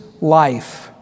life